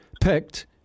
picked